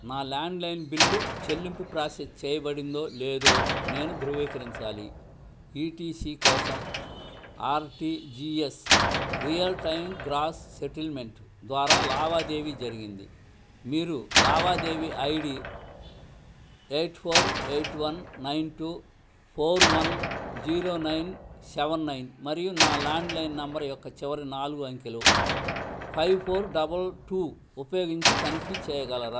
నా landline bill చెల్లింపు process చేయబడిందో లేదో నేను ధృవీకరించాలి ఈ టీ సీ కోసం R T G S real time gross settlement ద్వారా లావాదేవీ జరిగింది మీరు లావాదేవీ I D eight four eight one nine two four one zero nine seven nine మరియు నా ల్యాండ్లైన్ నంబర్ యొక్క చివరి నాలుగు అంకెలు ఫైవ్ ఫోర్ డబల్ టూ ఉపయోగించి తనిఖీ చేయగలరా